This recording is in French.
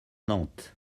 nantes